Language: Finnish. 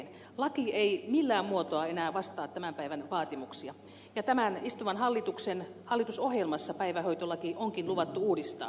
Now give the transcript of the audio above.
laki ei millään muotoa enää vastaa tämän päivän vaatimuksia ja tämän istuvan hallituksen hallitusohjelmassa päivähoitolaki onkin luvattu uudistaa